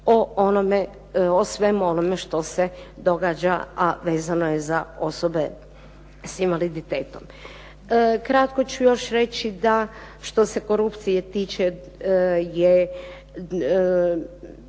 o svemu onome što se događa a vezano je za osobe sa invaliditetom. Kratko ću još reći što se korupcije tiče je